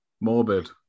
Morbid